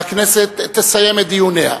הכנסת תסיים את דיוניה.